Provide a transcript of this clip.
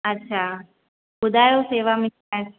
अच्छा ॿुधायो सेवा में छाए